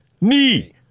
Knee